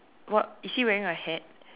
what is he wearing a hat